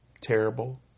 Terrible